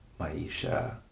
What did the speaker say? Maisha